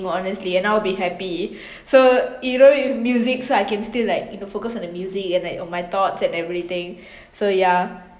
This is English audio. honestly and I'll be happy so you know with music so I can still like you know focus on the music and like on my thoughts and everything so ya